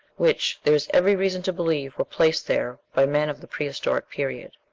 which, there is every reason to believe, were placed there by men of the prehistoric period.